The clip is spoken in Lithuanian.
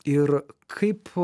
ir kaip